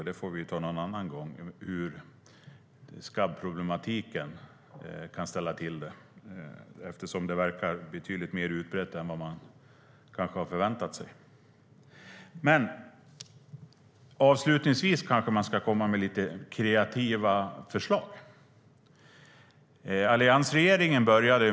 Vi får diskutera en annan gång hur skabbproblematiken kan ställa till det eftersom skabb verkar vara betydligt mer utbrett än vad man kanske har förväntat sig. Avslutningsvis kanske man ska komma med lite kreativa förslag.